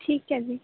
ਠੀਕ ਹੈ ਜੀ